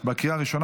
לקריאה ראשונה.